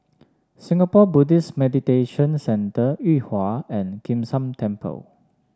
Singapore Buddhist Meditation Centre Yuhua and Kim San Temple